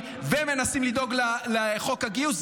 נתתי לך יותר זמן משנתתי לאחרים.